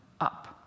up